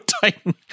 Titan